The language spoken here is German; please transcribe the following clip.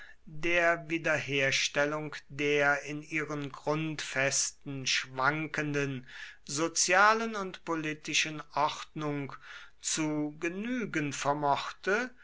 der wiederherstellung der in ihren grundfesten schwankenden sozialen und politischen ordnung zu genügen vermochte